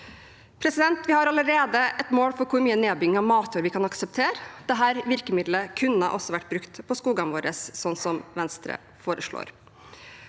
påskoges. Vi har allerede et mål for hvor mye nedbygging av matjord vi kan akseptere. Dette virkemiddelet kunne også vært brukt for skogene våre, sånn Venstre foreslår.